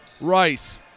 Rice